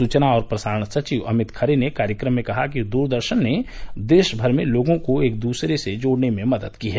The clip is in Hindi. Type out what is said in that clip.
सूचना और प्रसारण सचिव अमित खरे ने कार्यक्रम में कहा कि दूरदर्शन ने देश भर में लोगों को एक दूसरे से जोड़ने में मदद की है